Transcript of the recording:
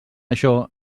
això